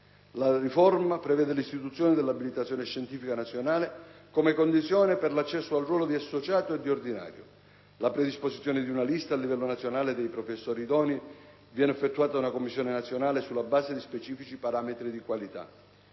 La riforma prevede l'istituzione dell'abilitazione scientifica nazionale come condizione per l'accesso al ruolo di associato e di ordinario. La predisposizione di una lista a livello nazionale dei professori idonei viene effettuata da una commissione nazionale, sulla base di specifici parametri di qualità.